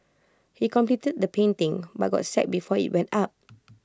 he completed the painting but got sacked before IT went up